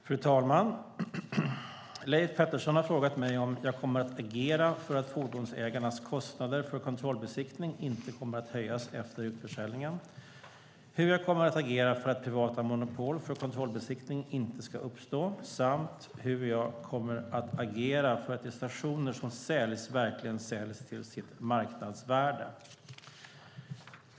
Fru talman! Leif Pettersson har frågat mig om jag kommer att agera för att fordonsägarnas kostnader för kontrollbesiktning inte kommer att höjas efter utförsäljningen hur jag kommer att agera för att privata monopol för kontrollbesiktning inte ska uppstå hur jag kommer att agera för att de stationer som säljs verkligen säljs till sitt marknadsvärde.